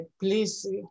please